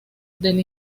del